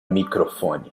microfone